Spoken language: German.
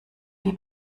wie